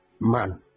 man